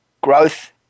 growth